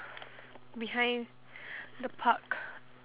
behind the park